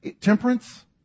temperance